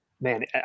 Man